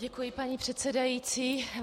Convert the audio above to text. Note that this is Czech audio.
Děkuji, paní předsedající.